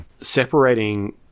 separating